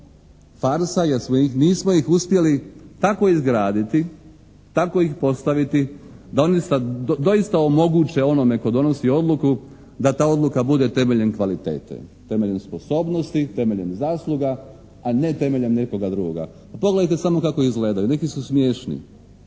farsa jer mi smo ih uspjeli tako izgraditi, tako ih postaviti da oni doista omoguće onome tko donosi odluku da ta odluka bude temeljem kvalitete, temeljem sposobnosti, temeljem zasluga, a ne temeljem nekoga drugoga. Pa pogledajte samo kako izgledaju. Neki su smješni.